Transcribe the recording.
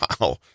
Wow